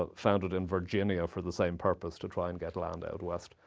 ah founded in virginia for the same purpose to try and get land out west.